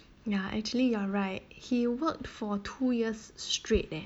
ya actually you're right he worked for two years straight leh